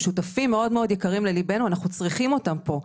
הם שותפים מאוד יקרים לליבנו ואנחנו צריכים אותם פה.